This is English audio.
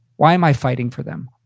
why am i fighting for them?